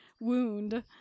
wound